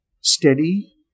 steady